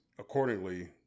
accordingly